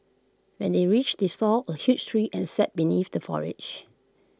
when they reached they saw A huge tree and sat beneath the foliage